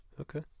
Okay